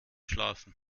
schlafen